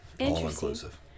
all-inclusive